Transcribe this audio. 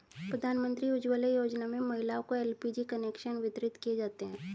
प्रधानमंत्री उज्ज्वला योजना में महिलाओं को एल.पी.जी कनेक्शन वितरित किये जाते है